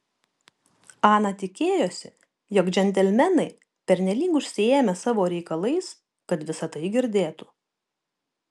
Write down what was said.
ana tikėjosi jog džentelmenai pernelyg užsiėmę savo reikalais kad visa tai girdėtų